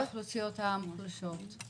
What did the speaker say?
אבל לגבי האוכלוסיות המוחלשות.